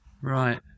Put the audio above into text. Right